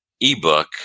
ebook